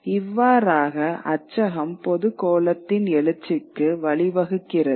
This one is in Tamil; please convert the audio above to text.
இவ்வாறாக அச்சகம் பொதுக் கோளத்தின் எழுச்சிக்கு வழிவகுக்கிறது